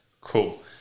Cool